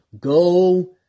Go